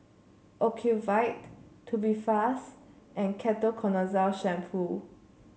Ocuvite Tubifast and Ketoconazole Shampoo